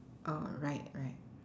alright right